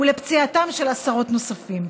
וגרם לפציעתם של עשרות נוספים.